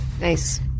Nice